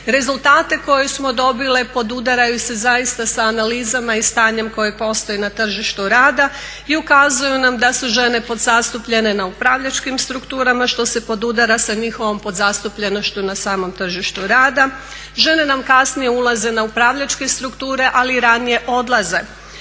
Rezultate koje smo dobili podudaraju se zaista sa analizama i stanjem koje postoji na tržištu rada i ukazuju nam da su žene podzastupljene na upravljačkim strukturama što se podudara sa njihovom podzastupljenošću na tržištu rada. Žene nam kasnije ulaze na upravljačke strukture ali i ranije odlaze